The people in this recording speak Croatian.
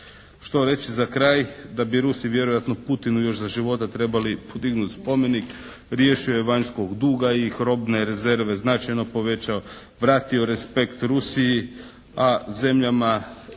Što reći za kraj? Da bi Rusi vjerojatno Putinu još za života trebali podignuti spomenik. Riješio je vanjskog duga i robne rezerve značajno povećao. Vratio respekt Rusiji, a zemljama